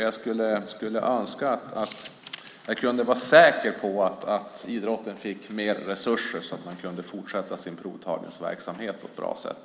Jag skulle önska att jag kunde vara säker på att idrotten fick mer resurser, så att man kunde fortsätta sin provtagningsverksamhet på ett bra sätt.